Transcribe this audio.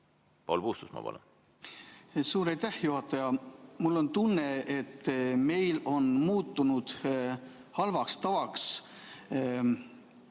Paul Puustusmaa, palun! Suur aitäh, juhataja! Mul on tunne, et meil on muutunud halvaks tavaks